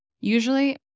Usually